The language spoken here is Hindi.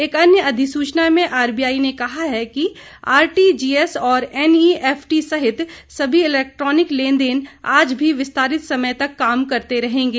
एक अन्य अधिसूचना में आरबीआई ने कहा है कि आरटीजीएस और एनईएफटी सहित सभी इलेक्ट्रॉनिक लेनदेन आज भी विस्तारित समय तक काम करते रहेंगे